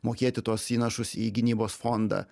mokėti tuos įnašus į gynybos fondą